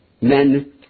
Men